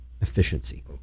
efficiency